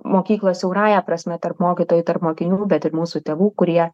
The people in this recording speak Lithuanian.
mokyklos siaurąja prasme tarp mokytojų tarp mokinių bet ir mūsų tėvų kurie